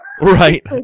Right